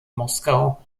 moskau